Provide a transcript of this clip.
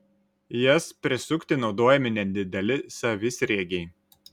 jas prisukti naudojami nedideli savisriegiai